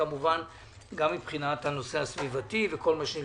וגם מבחינת הנושא הסביבתי וכל מה שנלווה.